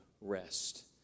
rest